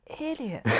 idiot